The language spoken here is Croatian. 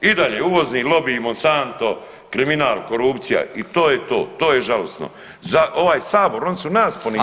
I dalje uvozni lobij i Monsanto kriminal, korupcija i to je to, to je žalosno za ovaj sabor, oni su nas ponizili.